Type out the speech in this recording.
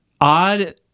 odd